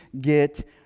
get